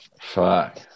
Fuck